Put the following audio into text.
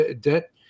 debt